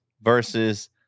versus